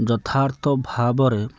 ଯଥାର୍ଥ ଭାବରେ